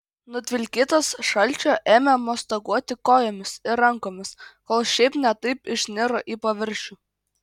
nutvilkytas šalčio ėmė mostaguoti kojomis ir rankomis kol šiaip ne taip išniro į paviršių